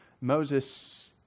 Moses